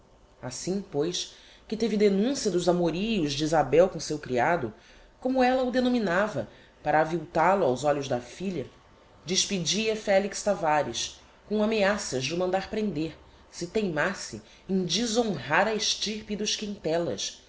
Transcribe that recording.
assim pois que teve denuncia dos amorios de isabel com o seu criado como ella o denominava para aviltal o aos olhos da filha despedia felix tavares com ameaças de o mandar prender se teimasse em deshonrar a estirpe dos quintellas estirpe que